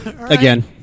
Again